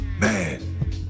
man